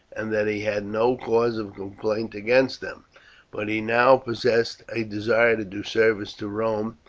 and that he had no cause of complaint against them but he now professed a desire to do service to rome,